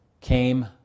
came